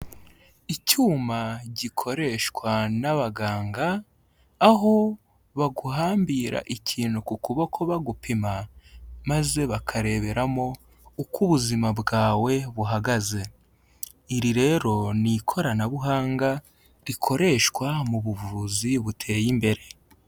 Icyuma gikoreshwa n'abaganga, aho baguhambira ikintu ku kuboko bagupima, maze bakareberamo uko ubuzima bwawe buhagaze. Iri rero ni ikoranabuhanga rikoreshwa mu buvuzi buteye imbere.